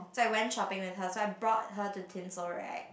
so I went shopping with her so I brought her to tinsel rack